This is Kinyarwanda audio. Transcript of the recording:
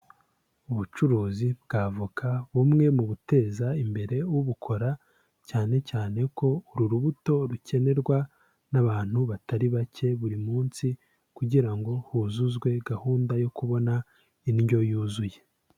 Ubucuruzi bwa voka bumwe mu buteza imbere ubukora, cyane cyane ko uru rubuto rukenerwa n'abantu batari bake buri munsi kugira ngo huzuzwe gahunda yo kubona indyo yuzuye.